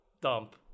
dump